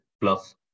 plus